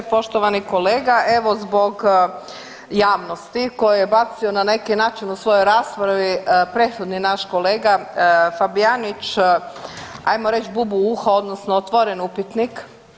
Poštovani kolega evo zbog javnosti koji je bacio na neki način u svojoj raspravi presudni naš kolega Fabijanić hajmo reći „bubu u uho“ odnosno otvoren upitnik.